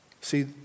See